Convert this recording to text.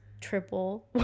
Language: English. triple